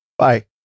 Bye